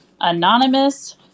anonymous